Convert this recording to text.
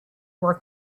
were